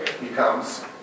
becomes